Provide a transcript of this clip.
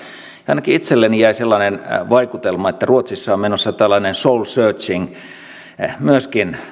ainakin itselleni jäi sellainen vaikutelma että ruotsissa on menossa tällainen soul searching myöskin